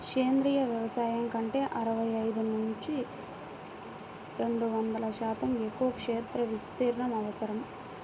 సేంద్రీయ వ్యవసాయం కంటే అరవై ఐదు నుండి రెండు వందల శాతం ఎక్కువ క్షేత్ర విస్తీర్ణం అవసరం